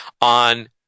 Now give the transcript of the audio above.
on